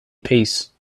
peace